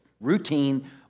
routine